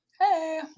Hey